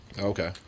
Okay